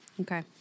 Okay